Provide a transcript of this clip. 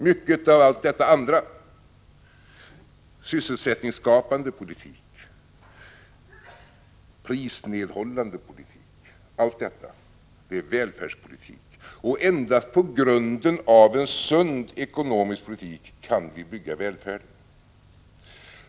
Också sysselsättningsskapande och prisnedhållande åtgärder är välfärdspolitik. Det är endast på grunden av en sund ekonomisk politik som vi kan bygga välfärden.